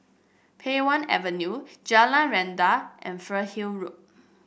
Pei Wah Avenue Jalan Rendang and Fernhill Road